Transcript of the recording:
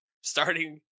starting